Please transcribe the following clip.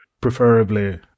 preferably